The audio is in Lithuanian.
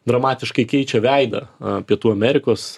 dramatiškai keičia veidą pietų amerikos